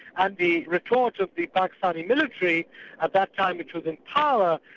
ah the retort of the pakistani military at that time, which was in power,